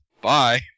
Bye